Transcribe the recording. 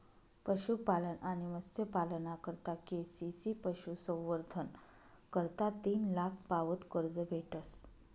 पशुपालन आणि मत्स्यपालना करता के.सी.सी पशुसंवर्धन करता तीन लाख पावत कर्ज भेटस